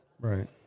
Right